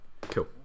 Cool